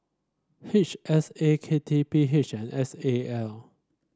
H S A K T P H and S A L